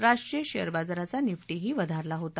राष्ट्रीय शेअर बाजाराचा निफ्टीही वधारला होता